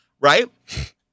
Right